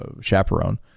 chaperone